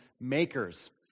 Makers